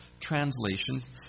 translations